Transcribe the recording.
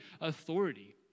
authority